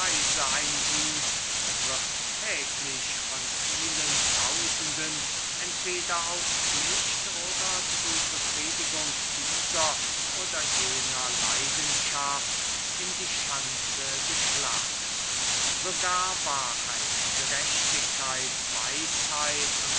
ein gut und wird täglich von vielen tausenden entweder aus pflicht oder zu befriedigung dieser oder jener leidenschaft in die schanze geschlagen sogar wahrheit gerechtigkeit weisheit